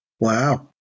Wow